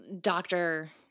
doctor